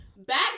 Back